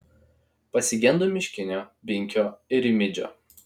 pasigendu miškinio binkio ir rimydžio